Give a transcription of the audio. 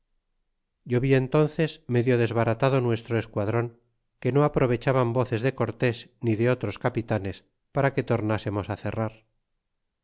yo vi entónces medio desbaratado nuestro esquadron que no aprovechaban voces de cortés ni de otros capitanes para que tornásemos á cerrar